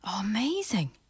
Amazing